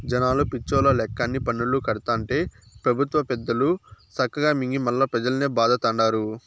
జనాలు పిచ్చోల్ల లెక్క అన్ని పన్నులూ కడతాంటే పెబుత్వ పెద్దలు సక్కగా మింగి మల్లా పెజల్నే బాధతండారు